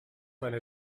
eine